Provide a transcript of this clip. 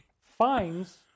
finds